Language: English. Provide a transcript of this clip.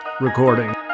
recording